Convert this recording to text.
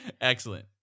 Excellent